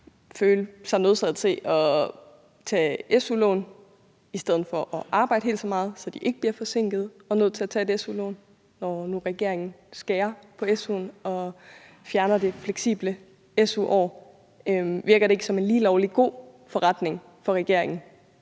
føle sig nødsaget til at tage et su-lån – i stedet for at arbejde helt så meget, så de ikke bliver forsinkede og nødt til at tage et su-lån, når nu regeringen skærer på su'en og fjerner det fleksible su-år? Virker det ikke som en lige lovlig god forretning for regeringen,